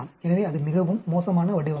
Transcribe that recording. எனவே அது மிகவும் மோசமான வடிவமைப்பு